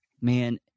man